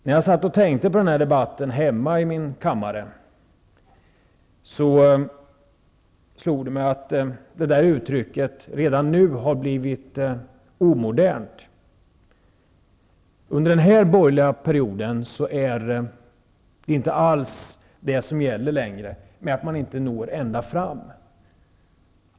När jag satt och tänkte på den här debatten hemma i min kammare, slog det mig att det uttrycket redan nu har blivit omodernt. Under den här borgerliga regeringsperioden är det inte alls det som gäller längre, att man inte når ända fram.